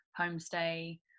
homestay